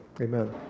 Amen